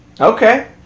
Okay